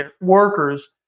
workers